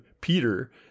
Peter